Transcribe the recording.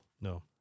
No